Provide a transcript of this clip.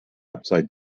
upside